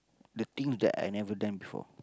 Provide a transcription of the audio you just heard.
the things that I never done before